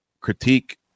critique